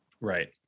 Right